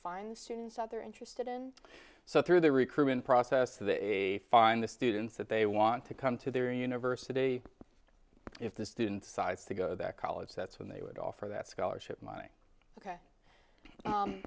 find students out there interested and so through the recruitment process they find the students that they want to come to their university if the student sides to go to that college that's when they would offer that scholarship money ok